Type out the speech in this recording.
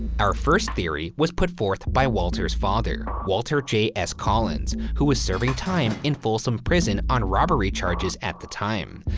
our first theory was put forth by walter's father, walter j s. collins, who was serving time in folsom prison on robbery charges at the time.